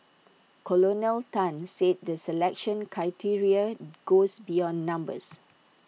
Colonel Tan said the selection criteria goes beyond numbers